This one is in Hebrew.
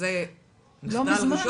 שזה מחדל גדול מעבר למחדל הראשון.